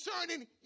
concerning